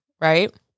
right